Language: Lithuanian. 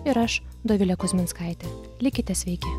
ir aš dovilė kuzminskaitė likite sveiki